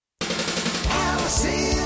Allison